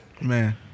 Man